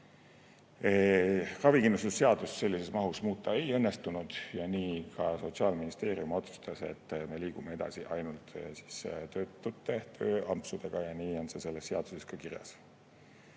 Ravikindlustuse seadust sellises mahus muuta ei õnnestunud. Sotsiaalministeerium otsustas, et me liigume edasi ainult töötute tööampsudega, ja nii on selles seaduses ka kirjas.